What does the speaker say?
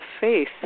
faith